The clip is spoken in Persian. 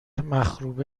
مخروبه